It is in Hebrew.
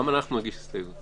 גם אנחנו נגיש הסתייגות.